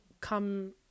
come